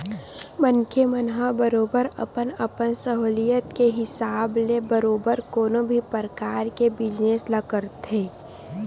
मनखे मन ह बरोबर अपन अपन सहूलियत के हिसाब ले बरोबर कोनो भी परकार के बिजनेस ल करथे